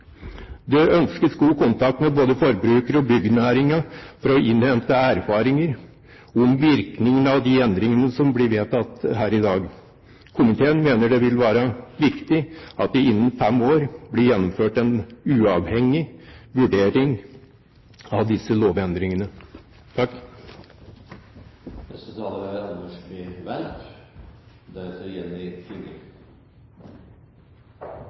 Det ønskes god kontakt med både forbrukere og byggenæringen for å innhente erfaringer om virkningene av de endringene som blir vedtatt her i dag. Komiteen mener det vil være viktig at det innen fem år blir gjennomført en uavhengig vurdering av disse lovendringene.